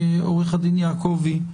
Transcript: עורך הדין יעקבי,